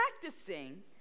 practicing